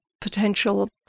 potential